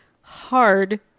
hard